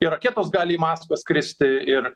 ir raketos gali į maskvą skristi ir